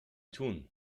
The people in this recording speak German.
tun